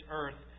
earth